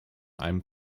einem